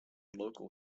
local